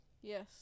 Yes